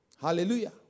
Hallelujah